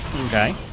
Okay